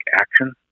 action